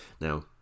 Now